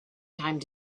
time